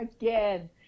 again